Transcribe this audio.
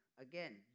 Again